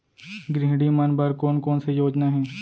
गृहिणी मन बर कोन कोन से योजना हे?